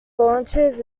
launchers